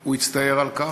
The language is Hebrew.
הוא יצטער על כך,